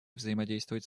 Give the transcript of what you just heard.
взаимодействовать